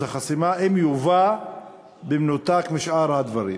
החסימה אם הוא יובא במנותק משאר הדברים.